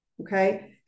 Okay